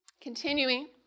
Continuing